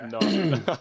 No